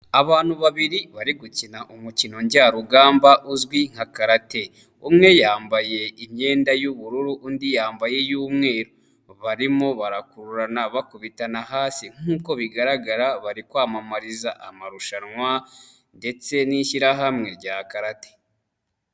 Abantu babiri bari gukina umukino njyarugamba uzwi nka karate, umwe yambaye imyenda y'ubururu undi yambaye iy'umweru. Barimo barakururana bakubitana hasi nk'uk bigaragara bari kwamamariza amarushanwa ndetse n'ishyirahamwe rya karate.